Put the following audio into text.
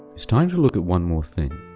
it's time to look at one more thing